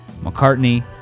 McCartney